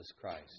Christ